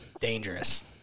Dangerous